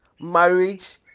marriage